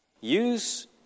Use